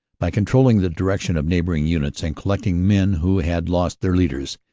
by controlling the direction of neighboring units and collecting men who had lost their leaders,